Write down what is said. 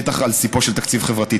בטח על סיפו של תקציב חברתי.